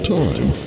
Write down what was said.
time